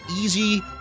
easy